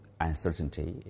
uncertainty